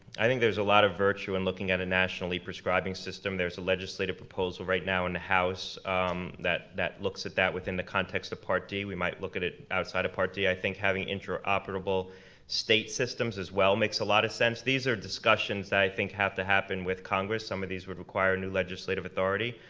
i think there's a lot of virtue in looking at a national e-prescribing system, there's a legislative proposal right now and in the house that that looks at that within the context of part d, we might look at it outside of part d. i think having intra-operatable state systems as well makes a lot of sense. these are discussions that i think have to happen with congress, some of these would require new legislative authority.